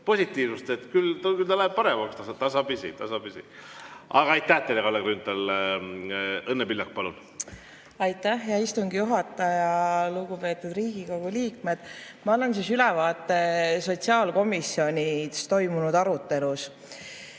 positiivsust, et küll ta läheb paremaks, tasapisi-tasapisi. Aga aitäh teile, Kalle Grünthal! Õnne Pillak, palun! Aitäh, hea istungi juhataja! Lugupeetud Riigikogu liikmed! Ma annan ülevaate sotsiaalkomisjonis toimunud arutelust.